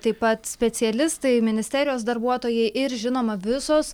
taip pat specialistai ministerijos darbuotojai ir žinoma visos